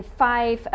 five